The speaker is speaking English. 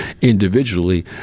individually